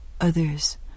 others